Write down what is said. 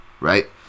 right